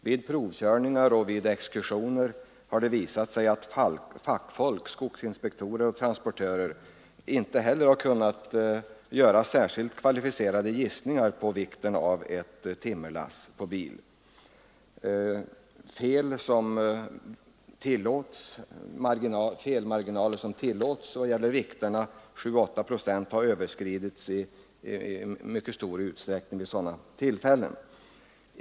Vid provkörningar och vid exkursioner har det visat sig att fackfolk — skogsinspektörer och transportörer — inte heller har kunnat göra särskilt kvalificerade: gissningar på vikten av ett timmerlass på bil. Den felmarginal som tillåts vad det gäller vikter, 7—8 procent, har i mycket stor utsträckning överskridits vid sådana tillfällen.